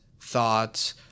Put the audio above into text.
thoughts